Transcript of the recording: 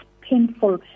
painful